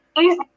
Easy